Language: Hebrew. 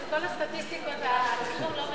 את כל הסטטיסטיקות הציבור לא מבין.